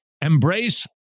embrace